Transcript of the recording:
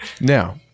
now